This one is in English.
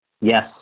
Yes